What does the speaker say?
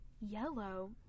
Yellow